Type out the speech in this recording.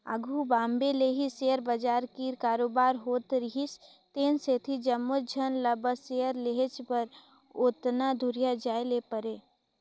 आघु बॉम्बे ले ही सेयर बजार कीर कारोबार होत रिहिस तेन सेती जम्मोच झन ल बस सेयर लेहेच बर ओतना दुरिहां जाए ले परे